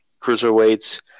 cruiserweights